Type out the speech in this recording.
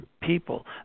people